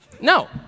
No